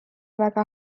väga